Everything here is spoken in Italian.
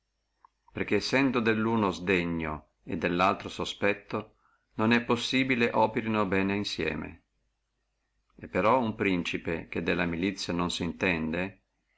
perché sendo nelluno sdegno e nellaltro sospetto non è possibile operino bene insieme e però uno principe che della milizia non si intenda